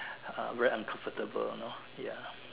very uncomfortable you know ya